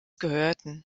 gehörten